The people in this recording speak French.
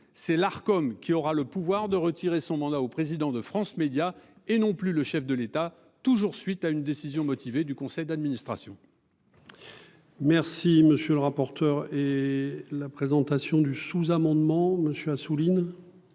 c'est l'Arcom qui aura le pouvoir de retirer son mandat au président de France Médias et non plus le chef de l'État toujours suite à une décision motivée du conseil d'administration.